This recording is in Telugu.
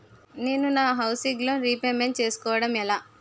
నేను నా హౌసిగ్ లోన్ రీపేమెంట్ చేసుకోవటం ఎలా?